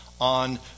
on